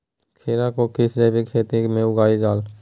खीरा को किस जैविक खेती में उगाई जाला?